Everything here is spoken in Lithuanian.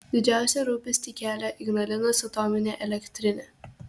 didžiausią rūpestį kelia ignalinos atominė elektrinė